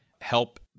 help